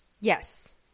Yes